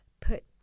put